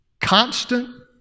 Constant